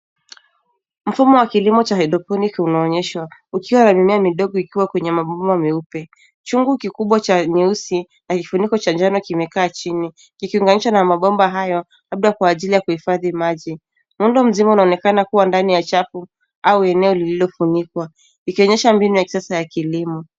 Mfumo wa kilimo cha haidroponiki unaonyeshwa ukiwa na mimea midogo ikiwa kwenye mabomba meupe. Chungu kikubwa cha nyeusi na kifuniko cha njano kimekaa chini, kikiunganishwa na mabomba hayo labda kwa ajili ya kuhifadhi maji. Muundo mzima unaonekana kuwa ndani ya chafu au eneo lilifunikwa likionyesha mbinu ya kisasa ya kilimo.